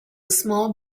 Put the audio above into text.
small